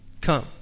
come